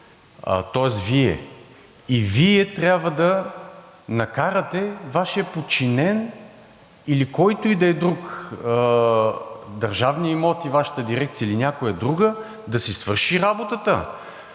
тоест Вие. И Вие трябва да накарате Вашия подчинен или който и да е друг – „Държавни имоти“, Вашата дирекция, или някоя друга, да си свърши работата.